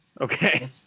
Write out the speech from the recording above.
okay